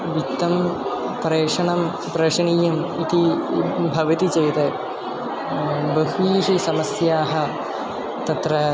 वित्तप्रेषणं प्रेषणीयम् इति भवति चेत् बह्व्यः समस्याः तत्र